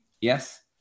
Yes